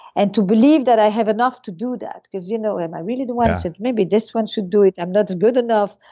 and to believe that i have enough to do that, because you know, am i really the one maybe this one should do it. i'm not good enough,